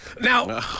Now